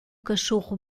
cachorro